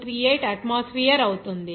0038 atmosphere అవుతుంది